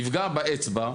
נפגע באצבע,